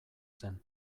zen